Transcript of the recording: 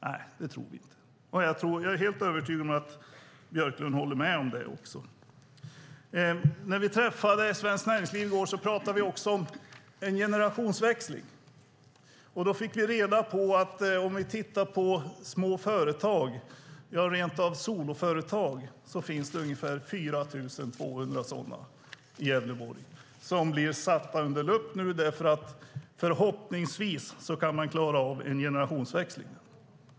Nej, det tror vi inte. Jag är helt övertygad om att Björklund håller med om det. När vi träffade Svenskt Näringsliv i går pratade vi också om en generationsväxling, och vi fick reda på att det finns ungefär 4 200 små företag, rent av soloföretag, i Gävleborg som nu blir satta under lupp därför att man förhoppningsvis kan klara av en generationsväxling.